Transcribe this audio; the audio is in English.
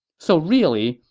so really,